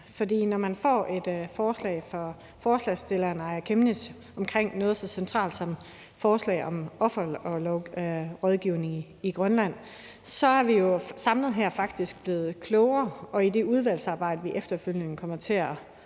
sådan et forslag fra forslagsstilleren, Aaja Chemnitz, omkring noget så centralt som offerrådgivning i Grønland, er vi jo samlet set her faktisk blevet klogere, og i det udvalgsarbejde, vi efterfølgende kommer til at